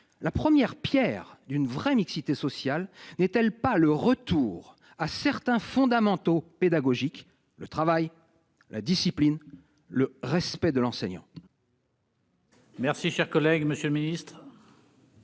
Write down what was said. la première Pierre d'une vraie mixité sociale n'est-elle pas le retour à certains fondamentaux pédagogique, le travail, la discipline, le respect de l'enseignant.